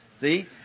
See